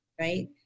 right